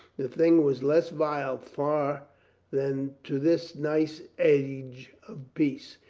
the thing was less vile far than to this nice age of peace.